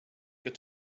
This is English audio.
get